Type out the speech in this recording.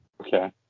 Okay